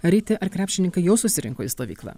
ryti ar krepšininkai jau susirinko į stovyklą